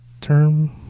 term